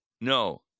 no